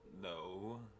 No